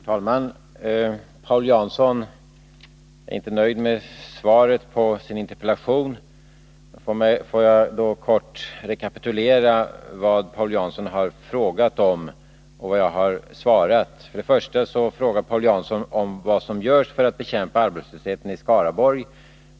Herr talman! Paul Jansson är inte nöjd med svaret på interpellationen. Får jag då kort rekapitulera vad Paul Jansson har frågat om och vad jag har svarat. För det första frågade Paul Jansson om vad som görs för att bekämpa arbetslösheten i Skaraborg.